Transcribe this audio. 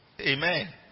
Amen